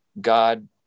God